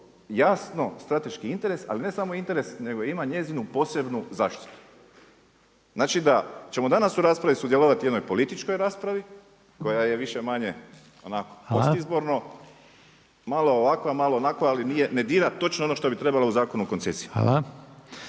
jasno strateški interes, ali ne samo interes nego ima njezinu posebnu zaštitu. Znači da ćemo danas u raspraviti sudjelovati u jednoj političkoj raspravi, koja je više-manje onako postizborno, malo ovako malo onako, ali ne dira točno ono što bi trebalo u Zakonu o koncesiji.